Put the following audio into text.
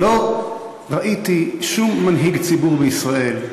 לא ראיתי שום מנהיג ציבור בישראל,